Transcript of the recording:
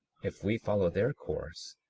if we follow their course,